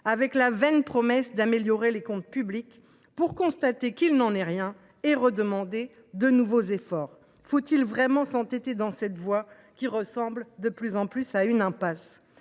la vaine promesse d’améliorer les comptes publics, pour constater qu’il n’en est rien et demander de nouveaux sacrifices. Faut il vraiment s’entêter dans cette voie, qui ressemble de plus en plus à une impasse ?